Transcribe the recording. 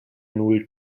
null